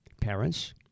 Parents